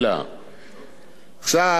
עכשיו, חברים, משפט לסיום, בבקשה.